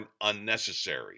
unnecessary